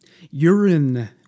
Urine